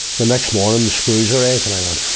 the next morning, the screws arrive, and i'm um